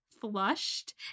flushed